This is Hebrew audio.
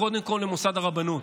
קודם כול למוסד הרבנות.